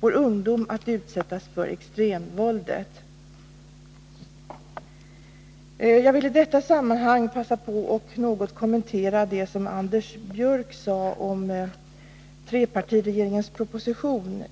vår ungdom att utsättas för extremvåldet. Jag vill i detta sammanhang passa på att något kommentera det Anders Björck sade om trepartiregeringens proposition.